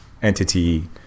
entity